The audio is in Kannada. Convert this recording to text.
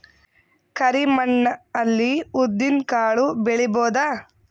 ಕರಿ ಮಣ್ಣ ಅಲ್ಲಿ ಉದ್ದಿನ್ ಕಾಳು ಬೆಳಿಬೋದ?